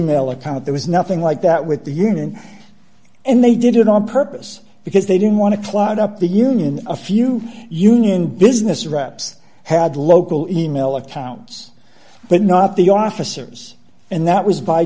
mail account there was nothing like that with the union and they did it on purpose because they didn't want to clog up the union a few union business reps had local e mail accounts but not the officers and that was by